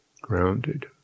grounded